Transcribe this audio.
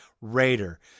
raider